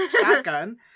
shotgun